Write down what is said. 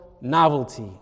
novelty